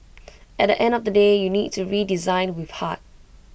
at end of the day you need to redesign with heart